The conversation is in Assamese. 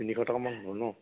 তিনিশ টকামান হ'ব ন